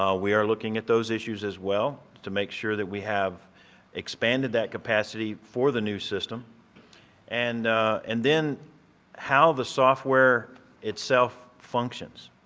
ah we are looking at those issues as well to make sure that we have expanded that capacity for the new system and and then how the software itself functions.